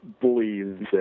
believes